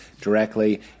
directly